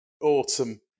Autumn